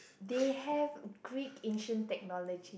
they have Greek ancient technology